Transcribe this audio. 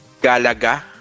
galaga